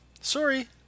Sorry